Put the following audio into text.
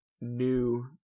new